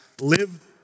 live